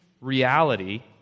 reality